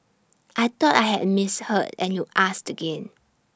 I thought I had misheard and you asked again